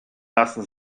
lassen